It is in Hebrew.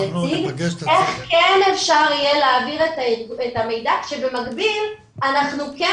איך כן אפשר יהיה להעביר את המידע כשבמקביל אנחנו כן